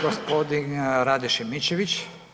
Gospodin Rade Šimičević.